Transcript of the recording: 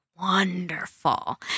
Wonderful